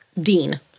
dean